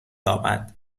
آمد